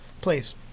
Please